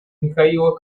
михаила